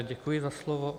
Děkuji za slovo.